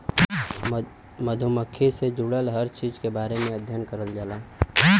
मधुमक्खी से जुड़ल हर चीज के बारे में अध्ययन करल जाला